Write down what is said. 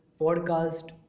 podcast